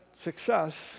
success